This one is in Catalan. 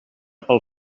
pel